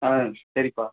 ஆ சரிப்பா